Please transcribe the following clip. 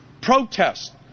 protest